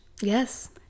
Yes